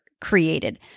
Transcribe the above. created